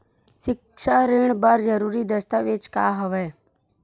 सिक्छा ऋण बर जरूरी दस्तावेज का हवय?